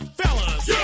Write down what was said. fellas